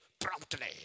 promptly